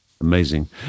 Amazing